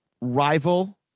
rival